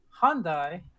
Hyundai